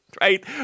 right